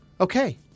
Okay